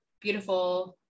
beautiful